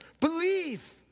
believe